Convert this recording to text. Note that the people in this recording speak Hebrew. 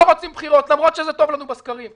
רוצים בחירות למרות שזה טוב לנו בסקרים,